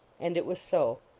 and it was so.